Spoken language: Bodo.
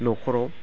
न'खराव